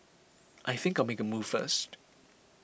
I think I'll make a move first